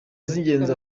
z’ingenzi